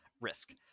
risk